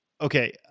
okay